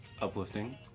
uplifting